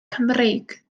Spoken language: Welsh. cymreig